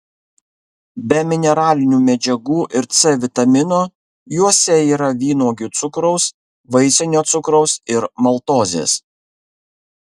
be mineralinių medžiagų ir c vitamino juose yra vynuogių cukraus vaisinio cukraus ir maltozės